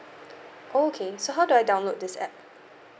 okay so how do I download this app